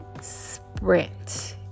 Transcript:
sprint